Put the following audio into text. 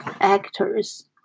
actors